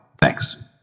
Thanks